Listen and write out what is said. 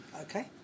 Okay